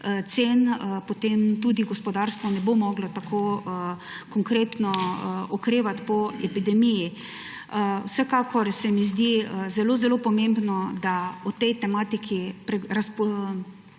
cen, potem tudi gospodarstvo ne bo moglo tako konkretno okrevati po epidemiji. Vsekakor se mi zdi zelo zelo pomembno, da o tej tematiki govorimo